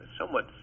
somewhat